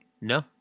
No